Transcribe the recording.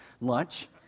lunch